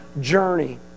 journey